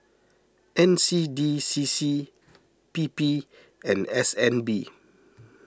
N C D C C P P and S N B